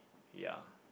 yeah